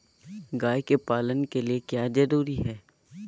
गाय के पालन के लिए क्या जरूरी है?